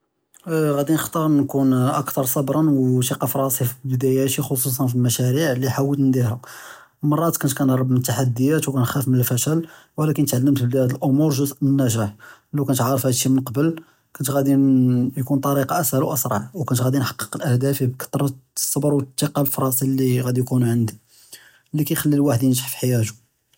ראדי נכתאר נכון אכת׳ר צברא ותיקה פראסי פבדאייתי, ח׳צוען פלאמשאריע לי חאولت נדירהא מאראת, כנת כנהרב מאלתחדיאת וכנכּאף אלפשל, ולאכן תעלמת בּלי האד אלאמור ג׳וזء מן אלנג׳אח, כון כנת עארף האד אלשי מן קבל כנת ראדי תכון טאריקה אסהַל ואסרע, וכנת ראדי נחקּק אדהאפי בכּתְרת אלצבר ואלתיקה פראסי לי ע׳איוכּונו ענדִי, לי כאיְח׳לי אלואחד ינג׳ח פחיאתֹו.